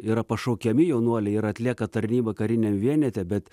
yra pašaukiami jaunuoliai ir atlieka tarnybą kariniam vienete bet